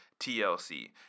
TLC